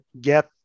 get